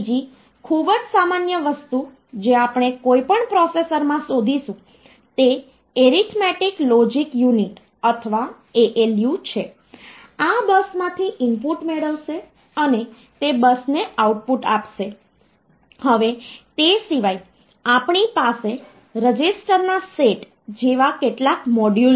અલબત્ત ત્યાં એવા માઇક્રોકન્ટ્રોલર્સ છે જે વધુ સારા છે અને જે હાઇ સ્પીડ એપ્લીકેશનને સપોર્ટ કરે છે પરંતુ મોટે ભાગે આપણી પાસે આ ગણતરીના કામ માટે માઇક્રોપ્રોસેસર્સ હોય છે